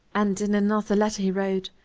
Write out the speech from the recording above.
and in another letter he wrote,